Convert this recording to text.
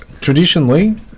traditionally